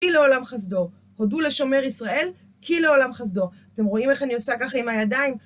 כי לעולם חסדו, הודו לשומר ישראל, כי לעולם חסדו. אתם רואים איך אני עושה ככה עם הידיים?